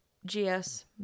GS